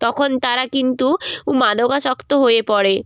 তখন তারা কিন্তু উ মাদকাসক্ত হয়ে পড়ে